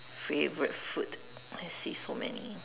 favourite food I see so many